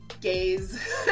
gays